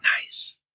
Nice